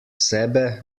sebe